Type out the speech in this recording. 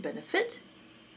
benefit